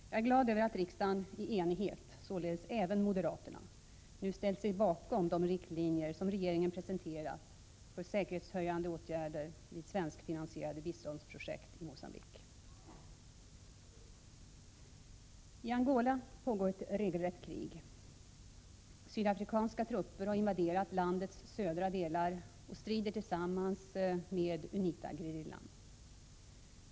Jag är glad över att riksdagen i enighet, således även moderaterna, nu ställt sig bakom de riktlinjer regeringen presenterat för säkerhetshöjande åtgärder vid svenskfinansierade biståndsprojekt i Mogambique.- I Angola pågår regelrätt krig. Sydafrikanska trupper har invaderat landets södra delar och strider tillsammans med UNITA-gerillan.